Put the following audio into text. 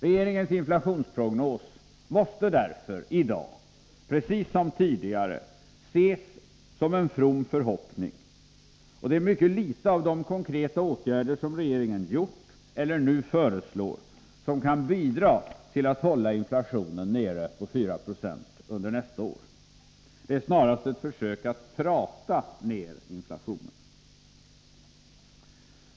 Regeringens inflationsprognos måste därför i dag — precis som tidigare — ses som en from förhoppning. Det är mycket litet av de konkreta åtgärder som regeringen vidtagit eller nu föreslår som kan bidra till att hålla inflationen nere på 4 26 under nästa år. Det är snarast ett försök att prata ner inflationen.